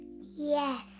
yes